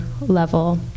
level